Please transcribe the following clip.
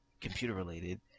computer-related